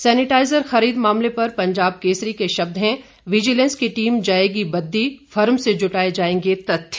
sanitiser खरीद मामले पर पंजाब केसरी के शब्द हैं विजीलेंस की टीम जाएगी बद्दी फर्म से जुटाए जाएंगे तथ्य